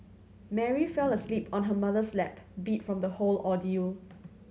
Mary fell asleep on her mother's lap beat from the whole ordeal